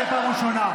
נמשיך בהצבעה.